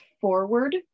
forward